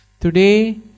Today